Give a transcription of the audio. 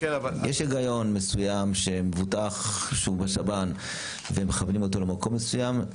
יש היגיון מסוים שמבוטח שהוא בשב"ן ומכוונים אותו למקום מסוים.